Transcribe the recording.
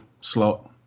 slot